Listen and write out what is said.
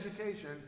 education